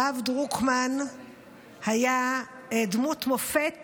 הרב דרוקמן היה דמות מופת